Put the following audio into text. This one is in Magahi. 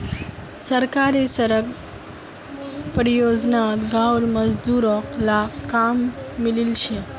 सरकारी सड़क परियोजनात गांउर मजदूर लाक काम मिलील छ